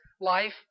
life